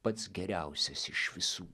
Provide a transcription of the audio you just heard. pats geriausias iš visų